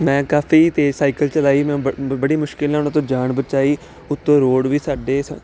ਮੈਂ ਕਾਫੀ ਤੇਜ਼ ਸਾਈਕਲ ਚਲਾਈ ਮੈਂ ਬ ਬੜੀ ਮੁਸ਼ਕਲ ਨਾਲ ਉਹਨਾਂ ਤੋਂ ਜਾਨ ਬਚਾਈ ਉੱਤੋਂ ਰੋਡ ਵੀ ਸਾਡੇ ਸਾ